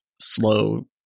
slow